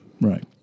Right